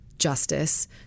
Justice